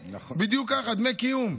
בדיוק ככה, דמי קיום.